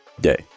day